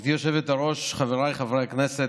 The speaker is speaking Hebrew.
גברתי היושבת-ראש, חבריי חברי הכנסת,